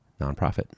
Nonprofit